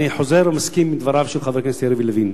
אני חוזר ומסכים עם דבריו של חבר הכנסת יריב לוין.